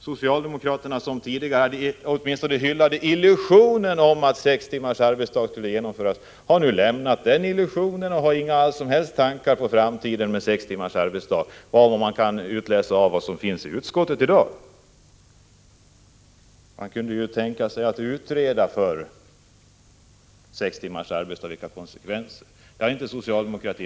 Socialdemokraterna, som tidigare åtminstone hyllade illusionen om att sex timmars arbetsdag skulle genomföras, har nu att döma av vad man kan utläsa av utskottsbetänkandet inga som helst tankar på en framtid med sex timmars arbetsdag. Förr kunde ju socialdemokraterna tänka sig att utreda konsekvenserna av en sextimmars arbetsdag, men någon sådan utredning har man inte åstadkommit.